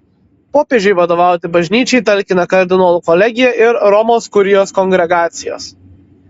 popiežiui vadovauti bažnyčiai talkina kardinolų kolegija ir romos kurijos kongregacijos